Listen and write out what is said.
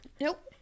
nope